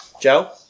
Joe